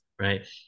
Right